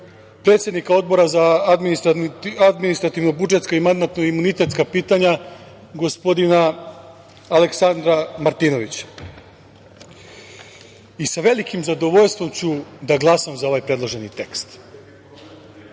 predsednika Odbora za administrativno-budžetska i mandatno-imunitetska pitanja, gospodina Aleksandra Martinovića. Sa velikim zadovoljstvom ću da glasam za ovaj predloženi tekst.